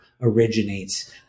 originates